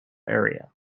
area